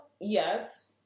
Yes